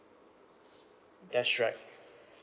that's right